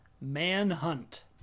Manhunt